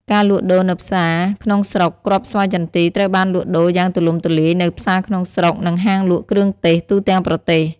ការលក់ដូរនៅផ្សារក្នុងស្រុកគ្រាប់ស្វាយចន្ទីត្រូវបានលក់ដូរយ៉ាងទូលំទូលាយនៅ ផ្សារក្នុងស្រុក និងហាងលក់គ្រឿងទេស ទូទាំងប្រទេស។